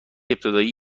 ابتدایی